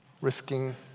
risking